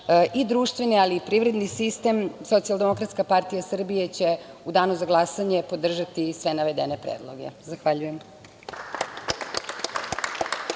društveni, ali i privredni sistem, Socijaldemokratska partija Srbije će u danu za glasanje podržati sve navedene predloge. Zahvaljujem.